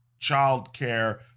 childcare